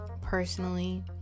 personally